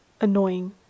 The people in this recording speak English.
annoying